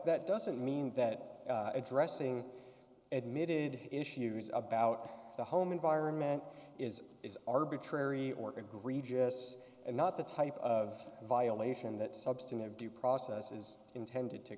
that doesn't mean that addressing admitted issues about the home environment is arbitrary or good regis and not the type of violation that substantive due process is intended to